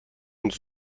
und